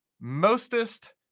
mostest